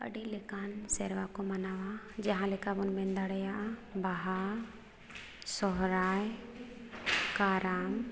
ᱟᱹᱰᱤ ᱞᱮᱠᱟᱱ ᱥᱮᱨᱣᱟ ᱠᱚ ᱢᱟᱱᱟᱣᱟ ᱡᱟᱦᱟᱸ ᱞᱮᱠᱟ ᱵᱚᱱ ᱢᱮᱱ ᱫᱟᱲᱮᱭᱟᱜᱼᱟ ᱵᱟᱦᱟ ᱥᱚᱦᱚᱨᱟᱭ ᱠᱟᱨᱟᱢ